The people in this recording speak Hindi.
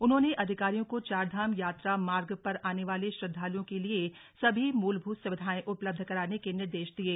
उन्होंने अधिकारियों को चारधाम यात्रा मार्ग पर आने वाले श्रद्वालुओं के लिये सभी मूलभूत सुविधायें उपलब्ध कराने के निर्देश दिये